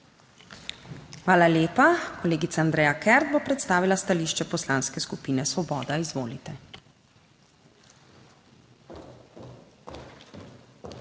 Hvala lepa. Kolegica Andreja Kert bo predstavila stališče Poslanske skupine Svoboda. Izvolite.